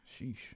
Sheesh